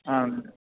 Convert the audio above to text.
అవును అండి